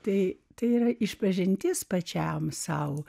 tai tėra išpažintis pačiam sau